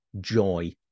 joy